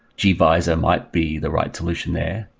gvisor might be the right solution there.